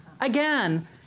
again